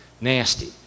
Nasty